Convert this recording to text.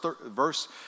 Verse